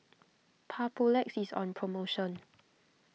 Papulex is on promotion